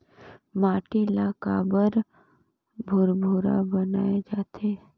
माटी ला काबर भुरभुरा बनाय जाथे?